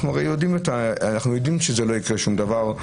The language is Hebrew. אנחנו הרי יודעים שלא יקרה שום דבר.